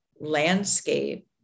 landscape